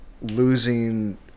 losing